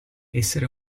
essere